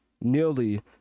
nearly